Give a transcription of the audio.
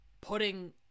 putting